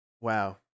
Wow